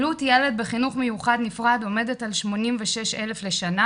עלות ילד בחינוך מיוחד נפרד עומדת על 86,000 לשנה,